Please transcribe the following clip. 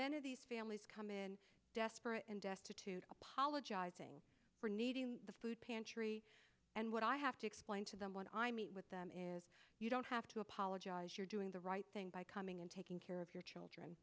many of these families come in desperate and destitute apologizing for needing the food pantry and what i have to explain to them when i meet with them is you don't have to apologize you're doing the right thing by coming and taking care of your children